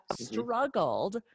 struggled